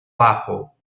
bajo